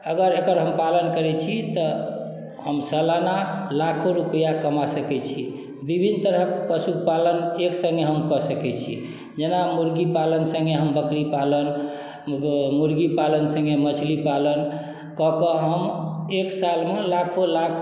अगर एकर हम पालन करैत छी तऽ हम सालाना लाखो रुपैआ कमा सकैत छी विभिन्न तरहक पशुपालन एक सङ्गे हम कऽ सकैत छी जेना मुर्गी पालन सङ्गे हम बकरी पालन मुर्गी पालन सङ्गे मछली पालन कऽ कऽ हम एक सालमे लाखो लाख